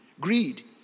Greed